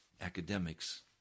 academics